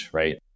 right